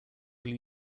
will